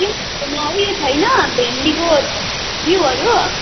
तिमीहरूकोमा उयो छैन भेन्डीको बिउहरू